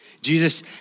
Jesus